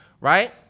right